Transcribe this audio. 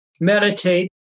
Meditate